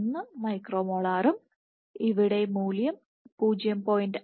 1 micro മോളാറും ഇവിടെ മൂല്യം 0